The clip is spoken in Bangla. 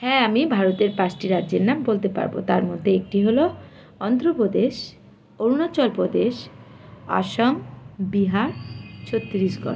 হ্যাঁ আমি ভারতের পাঁচটি রাজ্যের নাম বলতে পারব তার মধ্যে একটি হল অন্ধ্রপ্রদেশ অরুণাচলপ্রদেশ আসাম বিহার ছত্রিশগড়